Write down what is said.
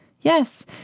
Yes